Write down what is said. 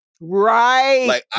Right